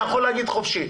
אתה יכול להגיד חופשי.